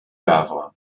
havre